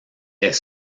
est